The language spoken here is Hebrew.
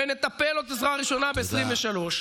ונטפל בעוד עזרה ראשונה ב-2023.